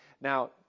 Now